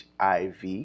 HIV